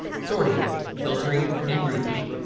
sorting, filtering and grouping.